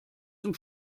zum